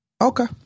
Okay